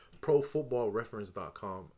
profootballreference.com